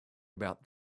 about